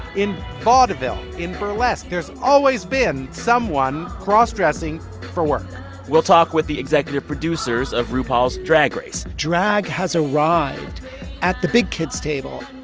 in vaudeville, in burlesque there's always been someone cross-dressing for work we'll talk with the executive producers of rupaul's drag race. drag has arrived at the big kids' table.